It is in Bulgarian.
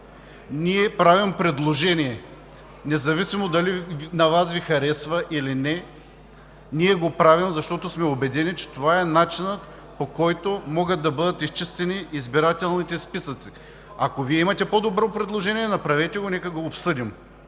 Ние правим предложение, независимо дали на Вас Ви харесва или не. Ние го правим, защото сме убедени, че това е начинът, по който могат да бъдат изчистени избирателните списъци. Ако Вие имате по добро предложение, направете го. Нека да го обсъдим.